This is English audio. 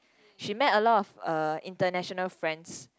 she met a lot of uh international friends